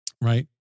right